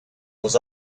was